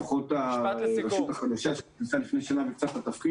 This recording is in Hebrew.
לפחות הרשות החדשה שנכנסה לפני שנה וקצת לתפקיד